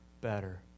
better